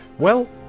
well,